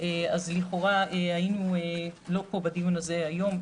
אז לכאורה היינו לא פה בדיון הזה היום,